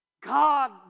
God